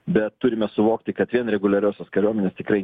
bet turime suvokti kad vien reguliariosios kariuomenės tikrai